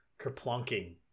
kerplunking